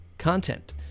content